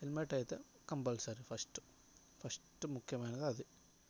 helmet అయితే compulsory first first ముఖ్యమైనది అది